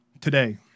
Today